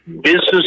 business